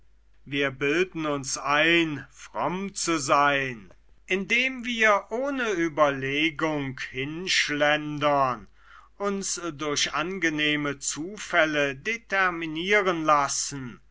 wir bilden uns ein fromm zu sein indem wir ohne überlegung hinschlendern uns durch angenehme zufälle determinieren lassen